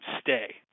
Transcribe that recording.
stay